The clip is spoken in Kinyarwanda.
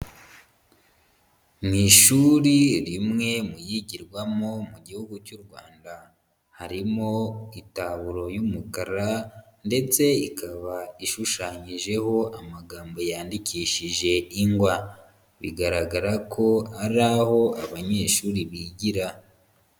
Mu ishuri rimwe mu yigirwamo mu gihugu cy'u Rwanda harimo itaburo y'umukara ndetse ikaba ishushanyijeho amagambo yandikishije ingwa, bigaragara ko ari aho abanyeshuri bigira.